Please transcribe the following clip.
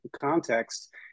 context